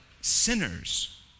sinners